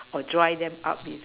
or dry them up it